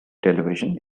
television